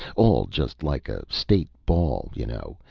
all just like a state ball, you know,